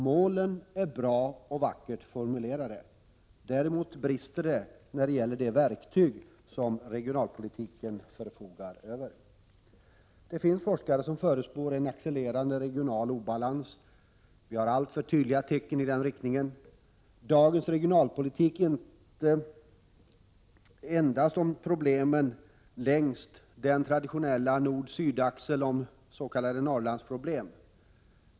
Målen är bra och vackert formulerade, men det brister när det gäller de verktyg som regionalpolitiken förfogar över. Det finns forskare som förutspår en accelererande regional obalans, och tecknen i den riktningen är alltför tydliga. Dagens regionalpolitik handlar inte endast om problemen längs den traditionella nord-syd-axeln, om ”Norrlandsproblem”.